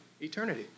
eternity